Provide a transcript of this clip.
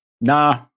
nah